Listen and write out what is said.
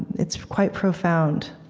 it's quite profound.